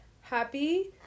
happy